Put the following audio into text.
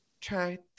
try